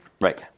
right